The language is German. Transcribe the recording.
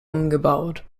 umgebaut